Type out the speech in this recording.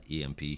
EMP